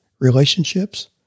relationships